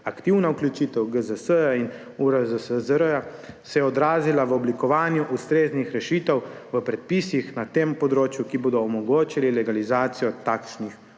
Aktivna vključitev GZS in URSZR se je odrazila v oblikovanju ustreznih rešitev v predpisih na tem področju, ki bodo omogočili legalizacijo takšnih objektov.